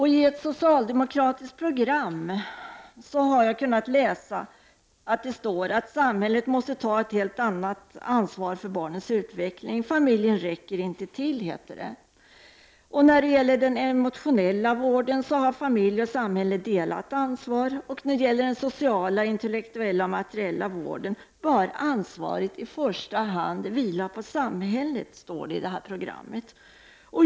I ett socialdemokratiskt program har jag läst att samhället måste ta ett helt annat ansvar för barnens utveckling. Familjen räcker inte till, heter det. När det gäller den emotionella vården har familj och samhälle delat ansvar, och när det gäller den sociala, intellektuella och materiella vården bör ansvaret i första hand vila på samhället, står det i detta program.